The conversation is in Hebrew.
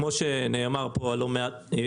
מה שתיארת עכשיו לא היה נכון לפני שנה,